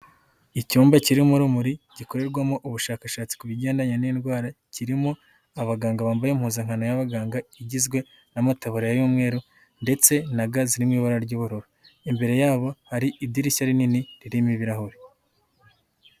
Icyumba kirimo urumuri gikorerwamo ubushakashatsi ku bingendanye n'indwara, kirimo abaganga bambaye impuzankano y'abaganga igizwe n'amataba y'umweru ndetse na ga ziri mu ibara ry'ubururu, imbere yabo hari idirishya rinini ririmo ibirahuri.